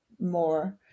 more